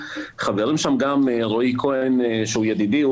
חברים שם גם רועי כהן שהוא ידידי,